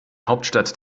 hauptstadt